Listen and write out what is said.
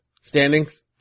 Standings